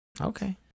Okay